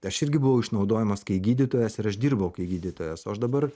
tai aš irgi buvau išnaudojamas kai gydytojas ir aš dirbau kai gydytojas o aš dabar